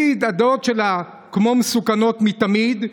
הדעות שלה כמו מסוכנות מתמיד.